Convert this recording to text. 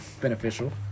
Beneficial